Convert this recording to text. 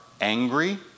angry